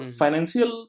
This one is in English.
financial